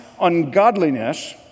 ungodliness